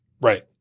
Right